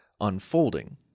unfolding